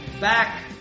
back